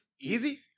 Easy